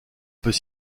peut